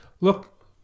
Look